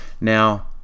Now